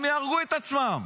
הם יהרגו את עצמם.